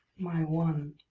my one.